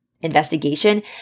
investigation